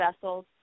vessels